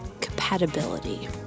compatibility